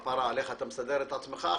כפרה עליך, אתה מסדר את עצמך עכשיו?